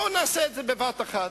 בואו נעשה את זה בבת אחת.